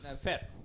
fair